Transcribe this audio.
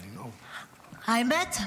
האמת?